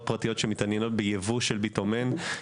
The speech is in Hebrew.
פרטיות שמתעניינות ביבוא של ביטומן.